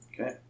Okay